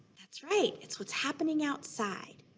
that's right, it's what's happening outside.